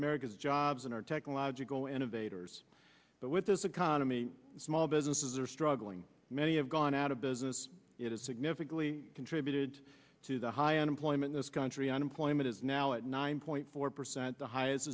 america's jobs and our technological innovators but with this economy small businesses are struggling many have gone out of business it is significantly contributed to the high unemployment this country unemployment is now at nine point four percent the highest